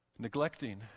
Neglecting